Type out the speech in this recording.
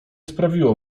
sprawiło